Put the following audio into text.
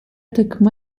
takıma